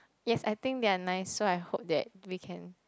yes I think they are nice so I hope that we can